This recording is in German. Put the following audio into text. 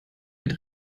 mit